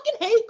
hate